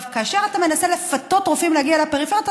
כאשר אתה מנסה לפתות רופאים להגיע לפריפריה,